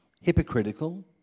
hypocritical